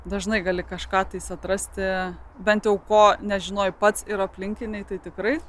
dažnai gali kažką tais atrasti bent jau ko nežinojo pats ir aplinkiniai tai tikrai